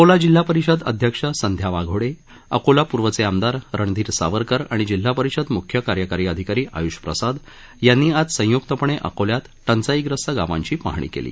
अकोला जिल्हा परिषद अध्यक्षा संध्या वाघोडे अकोला पूर्वचे आमदार रणधीर सावरकर आणि जिल्हा परिषद म्ख्य कार्यकारी अधिकारी आय्ष प्रसाद यांनी आज संय्क्तपणे अकोल्यात टंचाईग्रस्त गावांची पाहणी केली